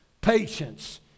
patience